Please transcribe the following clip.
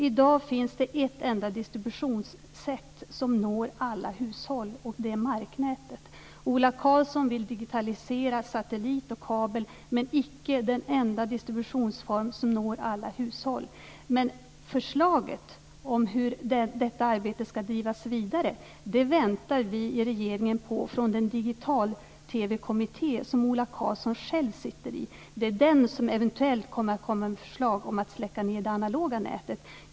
I dag finns det ett enda distributionssätt som gör att man kan nå alla hushåll; det handlar om marknätet. Ola Karlsson vill digitalisera när det gäller satellit-TV och kabel-TV men icke när det gäller den enda distributionsform som man kan nå alla hushåll med. Förslaget om hur detta arbete ska drivas vidare väntar vi i regeringen på från den digital-TV kommitté som Ola Karlsson själv sitter i. Det är den som eventuellt kommer att komma med förslag om att det analoga nätet ska släckas.